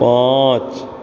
पाँच